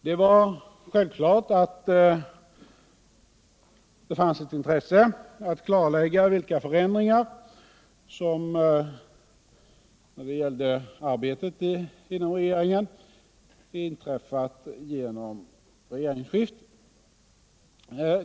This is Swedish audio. Det var självklart att det fanns ett intresse att kartlägga vilka förändringar i regeringens arbete som inträffat till följd av regeringsskiftet.